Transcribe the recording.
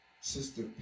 Sister